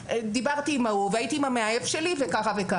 דיברתי עם ההוא והייתי עם המאהב שלי וכולי.